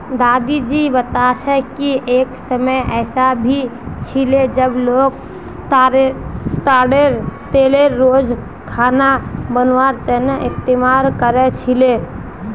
दादी जी बता छे कि एक समय ऐसा भी छिले जब लोग ताडेर तेलेर रोज खाना बनवार तने इस्तमाल कर छीले